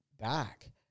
back